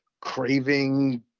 craving